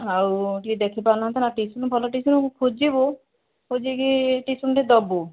ଆଉ ଟିକିଏ ଦେଖି ପାରୁନାହାନ୍ତି ନା ଟିଉସନ୍ ଭଲ ଟିଉସନ୍ ଆମେ ଖୋଜିବୁ ଖୋଜିକି ଟିଉସନ୍ ଟେ ଦେବୁ